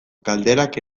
galderak